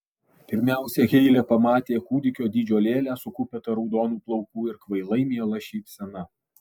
pirmiausia heile pamatė kūdikio dydžio lėlę su kupeta raudonų plaukų ir kvailai miela šypsena